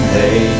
hey